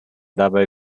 dabei